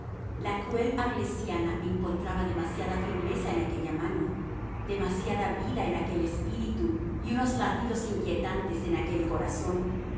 la cruel arlesiana encontraba demasiada firmeza en aquella mano demasiada vida en aquel espíritu y unos latidos inquietantes en aquel corazón